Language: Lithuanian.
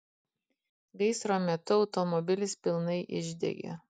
gaisro metu automobilis pilnai išdegė